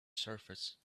surface